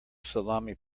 salami